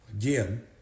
Again